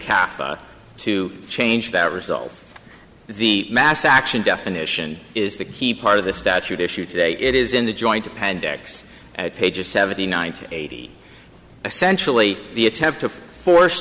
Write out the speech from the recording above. cafe to change that result the mass action definition is the key part of this statute issue today it is in the joint appendix pages seven hundred ninety eight essentially the attempt to force